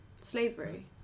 Slavery